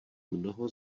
mnoho